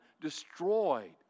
destroyed